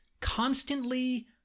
constantly